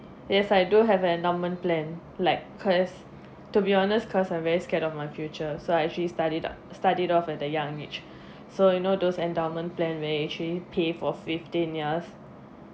yes I do have an endowment plan like cause to be honest cause I'm very scared of my future so I actually studied up studied off at the young age so you know those endowment plan may actually pay for fifteen years